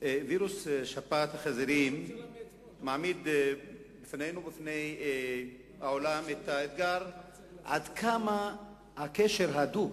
וירוס שפעת החזירים מעמיד בפנינו ובפני העולם את האתגר עד כמה הקשר הדוק